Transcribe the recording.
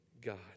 God